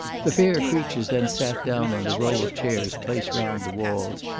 the fair creatures then sat down on a row of chairs placed round the walls,